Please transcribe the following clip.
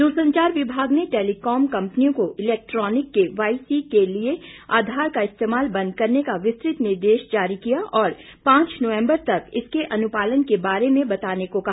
दूरसंचार विभाग ने टेलीकॉम कंपनियों को इलेक्ट्रॉनिक के वाई सी के लिए आधार का इस्तेमाल बंद करने का विस्तृत निर्देश जारी किया और पांच नवम्बर तक इसके अनुपालन के बारे में बताने को कहा